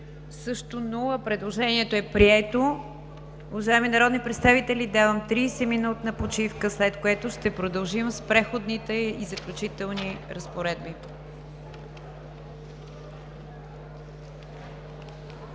се няма. Предложението е прието. Уважаеми народни представители, давам 30-минутна почивка, след което ще продължим с „Преходни и заключителни разпоредби“.